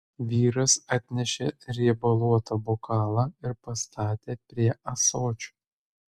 vyras atnešė riebaluotą bokalą ir pastatė prie ąsočio